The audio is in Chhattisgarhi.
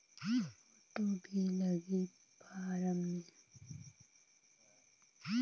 फ़ोटो भी लगी फारम मे?